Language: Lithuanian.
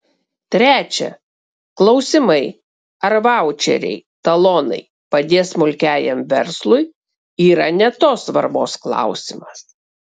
trečia klausimai ar vaučeriai talonai padės smulkiajam verslui yra ne tos svarbos klausimas